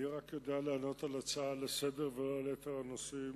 אני יודע לענות רק על ההצעה לסדר-היום ולא על יתר הנושאים